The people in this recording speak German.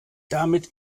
damit